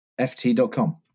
ft.com